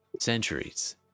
centuries